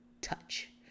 touch